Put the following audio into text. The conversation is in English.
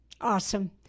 awesome